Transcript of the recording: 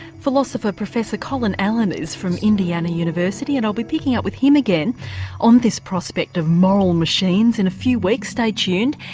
philosopher professor colin allen is from indiana university, and i'll be picking up with him again on this prospect of moral machines in a few weeks, stay tuned.